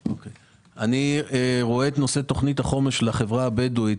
אני רואה את נושא תוכנית החומש של החברה הבדואית